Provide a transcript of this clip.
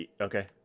Okay